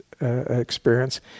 experience